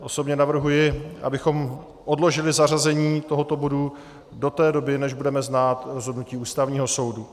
Osobně navrhuji, abychom odložili zařazení tohoto bodu do té doby, než budeme znát rozhodnutí Ústavního soudu.